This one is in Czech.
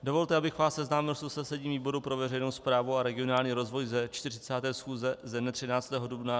Dovolte, abych vás seznámil s usnesením výboru pro veřejnou správu a regionální rozvoj ze 40. schůze ze dne 13. dubna 2016.